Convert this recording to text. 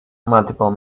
multiple